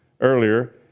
earlier